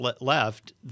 left